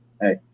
hey